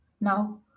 Now